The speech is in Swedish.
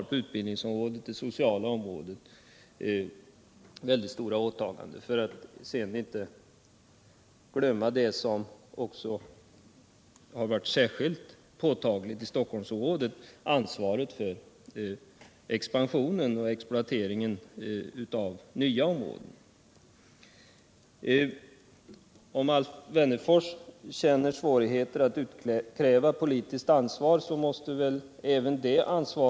På utbildningsområdet och på det sociala området har kommunerna väldigt stora åtaganden, för att inte tala om det som varit särskilt påtagligt i Alf Wennerfors betonade svårigheterna att utkräva politiskt ansvar när det gäller kommunerna.